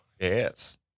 Yes